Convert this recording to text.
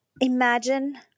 Imagine